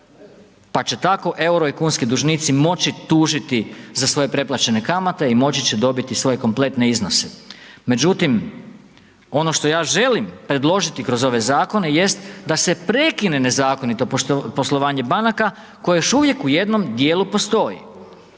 pa će tako euro i kunski dužnici moći tužiti za svoje preplaćene kamate i moći će dobiti svoje kompletne iznose međutim ono što ja želim predložiti kroz ove zakone jest da se prekine nezakonito poslovanje banaka koje još uvijek u jednom djelu postoji.